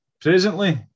presently